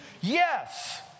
Yes